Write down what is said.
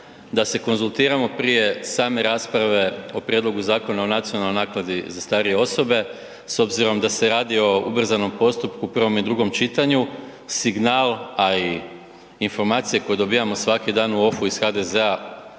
da se konzultiramo prije same rasprave o Prijedlogu Zakona o nacionalnoj naknadi za starije osobe s obzirom da se radi o ubrzanom postupku, prvom i drugom čitanju, signal, a i informacije koje dobijamo svaki dan u ofu iz HDZ-a